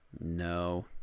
No